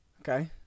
Okay